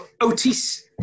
Otis